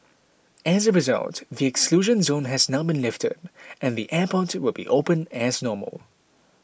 as a result the exclusion zone has now been lifted and the airport will be open as normal